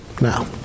Now